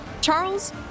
Charles